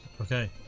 Okay